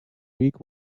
week